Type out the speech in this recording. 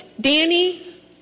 Danny